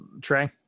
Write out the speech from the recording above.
Trey